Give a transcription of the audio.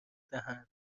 دهند